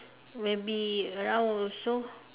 will be around also